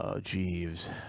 Jeeves